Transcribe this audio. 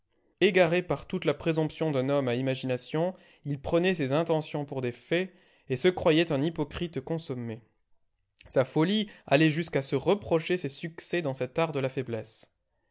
égaré par toute la présomption d'un homme à imagination il prenait ses intentions pour des faits et se croyait un hypocrite consommé sa folie allait jusqu'à se reprocher ses succès dans cet art de la faiblesse